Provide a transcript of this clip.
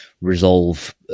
resolve